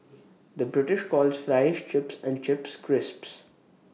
the British calls Fries Chips and Chips Crisps